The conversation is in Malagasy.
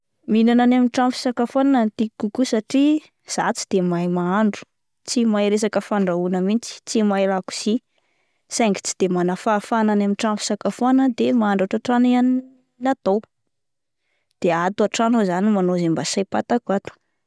Minana any amin'ny trano fisakafoanana no tiako kokoa satria zah tsy de mahay mahandro, tsy mahay resaka fandrahoana mihintsy tsy mahay lakozia, saingy tsy de manana fahafahana any amin'ny trano fisakafoanana aho de mahandro ato an-trano ihany no atao, de ato an-trano aho zany manao izay mba saim-patako ato.